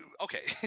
okay